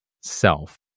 self